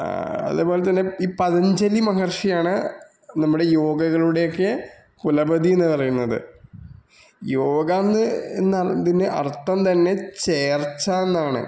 അതേപോലെ തന്നെ ഈ പതഞ്ജലി മഹർഷിയാണ് നമ്മുടെ യോഗകളുടെക്കേ കുലപതീന്ന് പറയുന്നത് യോഗാന്ന് എന്നാൽ ഇതിൻ്റെ അർത്ഥം തന്നെ ചേർച്ചന്നാണ്